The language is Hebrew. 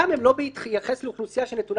וגם הן לא בהתייחס לאוכלוסייה שנתונה